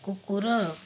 କୁକୁର